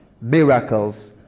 Miracles